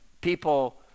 people